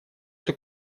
что